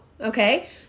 okay